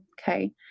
Okay